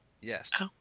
Yes